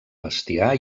bestiar